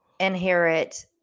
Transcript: inherit